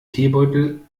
teebeutel